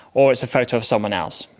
or it's a photo of someone else,